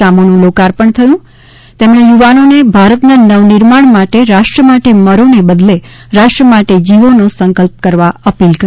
કામોનું લાકાર્પણ થયું તેમણે યુવાનોને ભારતના નવનિર્માણ માટે રાષ્ટ્ર માટે મરો ને બદલે રાષ્ટ્ર માટે જીવોનો સંકલ્પ કરવા અપીલ કરી